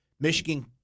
Michigan